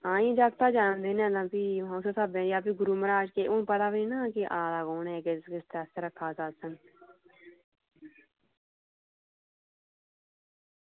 आं इंया जागतै दा जन्मदिन ऐ उस स्हाबै ते जां भी गुरू म्हाराज हून पता नना आ दा कु''न कुन ऐ कुस आस्तै रक्खे दा जनमदिन